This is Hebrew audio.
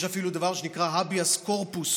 יש אפילו דבר שנקרא "הביאס קורפוס",